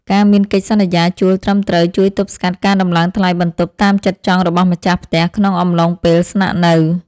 ការមានកិច្ចសន្យាជួលត្រឹមត្រូវជួយទប់ស្កាត់ការដំឡើងថ្លៃបន្ទប់តាមចិត្តចង់របស់ម្ចាស់ផ្ទះក្នុងអំឡុងពេលស្នាក់នៅ។